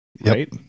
right